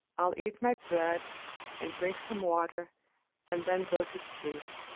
i'll eat my bread and drink some water and then go to sleep,